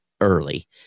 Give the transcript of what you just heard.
early